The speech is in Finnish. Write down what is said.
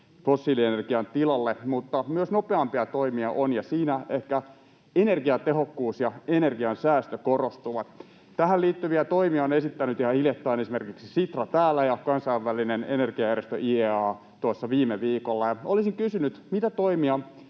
fossiilienergian tilalle, mutta myös nopeampia toimia on, ja siinä ehkä energiatehokkuus ja energian säästö korostuvat. Tähän liittyviä toimia ovat esittäneet ihan hiljattain esimerkiksi Sitra täällä ja Kansainvälinen energiajärjestö IEA tuossa viime viikolla. Olisin kysynyt: mitä toimia